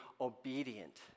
obedient